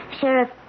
Sheriff